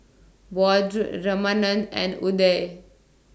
Vedre Ramanand and Udai